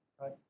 right